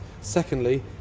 Secondly